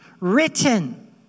written